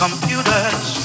Computers